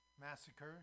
Massacre